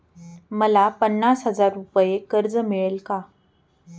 मला पन्नास हजार रुपये कर्ज मिळेल का?